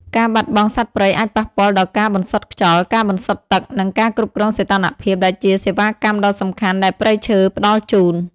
ការបាត់បង់សត្វព្រៃអាចប៉ះពាល់ដល់ការបន្សុទ្ធខ្យល់ ការបន្សុទ្ធទឹក និងការគ្រប់គ្រងសីតុណ្ហភាព ដែលជាសេវាកម្មដ៏សំខាន់ដែលព្រៃឈើផ្តល់ជូន។